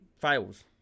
fails